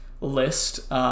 list